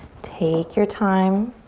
take your time.